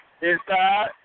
Inside